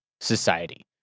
society